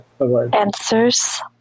answers